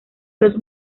dos